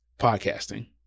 podcasting